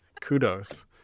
Kudos